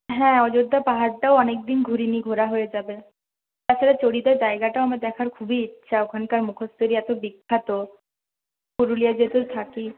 হ্যাঁ অযোধ্যা পাহাড়টাও অনেকদিন ঘুরিনি ঘোরা হয়ে যাবে তাছাড়া চড়িদা জায়গাটাও আমার দেখার খুবই ইচ্ছা ওখানকার মুখোশ তৈরি এত বিখ্যাত পুরুলিয়ায় যেহেতু থাকি